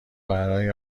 برای